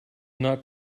not